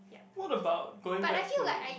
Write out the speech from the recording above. what about going back to